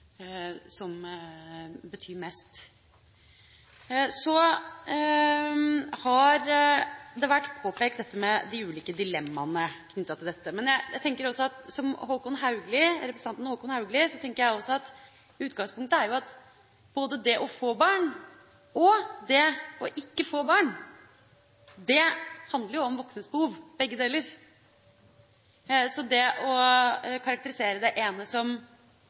som betyr mest. Så har det vært påpekt de ulike dilemmaene knyttet til dette. Som representanten Håkon Haugli tenker jeg også at utgangspunktet er at både det å få barn og det ikke å få barn handler om voksnes behov, begge deler. Det å karakterisere det ene som